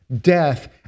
death